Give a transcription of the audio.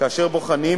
כאשר בוחנים